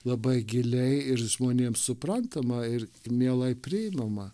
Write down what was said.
labai giliai ir žmonėms suprantama ir ir mielai priimama